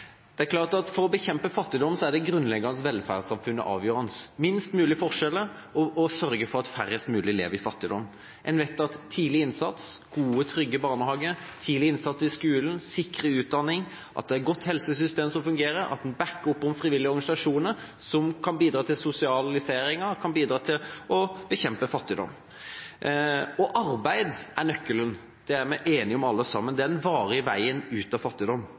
For å bekjempe fattigdom er det grunnleggende velferdssamfunnet avgjørende – minst mulig forskjeller og å sørge for at færrest mulig lever i fattigdom. En vet at tidlig innsats, gode og trygge barnehager, tidlig innsats i skolen, at en er sikret utdanning, at det er et godt helsesystem som fungerer, at en bakker opp om frivillige organisasjoner som kan bidra til sosialisering, kan bidra til å bekjempe fattigdom. Arbeid er nøkkelen – det er vi enige om alle sammen. Det er den varige veien ut av fattigdom.